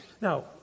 Now